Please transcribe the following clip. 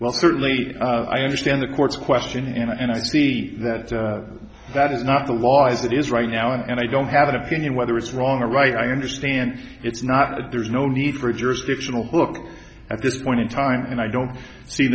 well certainly i understand the court's question and i see that that is not the law as it is right now and i don't have an opinion whether it's wrong or right i understand it's not a there's no need for a jurisdictional look at this point in time and i don't see